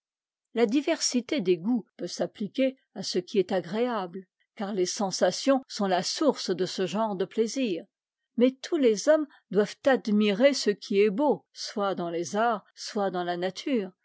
là diversité des goûts peut s'appliquer à ce qui est agréable car les sensations sont la source de ce genre de plaisir mais tous tes hommes doivent admirer ce qui est beau soit dans les arts soit dans la nature